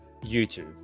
YouTube